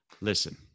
listen